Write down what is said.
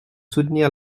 soutenir